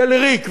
של ריק,